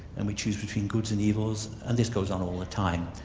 and we choose between goods and evils, and this goes on all the time.